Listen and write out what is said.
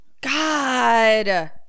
God